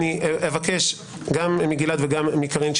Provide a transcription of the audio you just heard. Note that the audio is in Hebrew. אני אבקש גם מגלעד וגם מקארין,